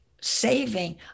saving